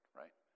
right